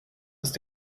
ist